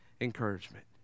encouragement